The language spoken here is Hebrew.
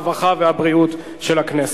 הרווחה והבריאות נתקבלה.